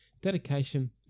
dedication